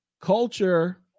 Culture